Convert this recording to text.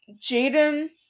Jaden